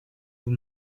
vous